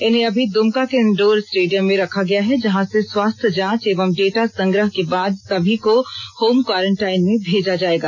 इन्हें अभी दुमका के इंडोर स्टेडियम में रखा गया है जहां से स्वास्थ्य जांच एवं डेटा संग्रह के बाद सभी को होम क्वारंटाइन में भेजा जायेगा